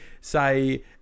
say